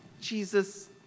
Jesus